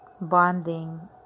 bonding